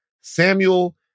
Samuel